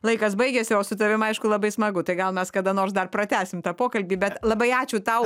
laikas baigėsi o su tavim aišku labai smagu tai gal mes kada nors dar pratęsim tą pokalbį bet labai ačiū tau